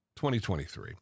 2023